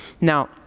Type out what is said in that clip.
Now